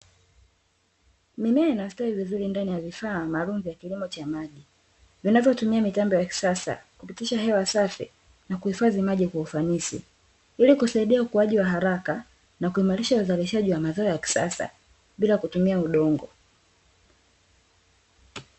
Mimea inastawi vizuri ndani ya vifaa maalumu vya kilimo cha maji, vinavyotumia mitambo ya kisasa kupitisha hewa safi na kuhifadhi maji kwa ufanisi, ili kusaidia ukuaji wa haraka na kuimarisha uzalishaji wa mazao ya kisasa bila kutumia udongo.